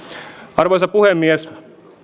arvoisa puhemies